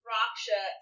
Raksha